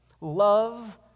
Love